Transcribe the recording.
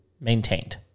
maintained